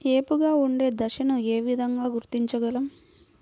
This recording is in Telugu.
ఏపుగా ఉండే దశను ఏ విధంగా గుర్తించగలం?